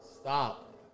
Stop